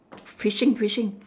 fishing fishing